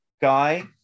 guy